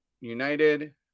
United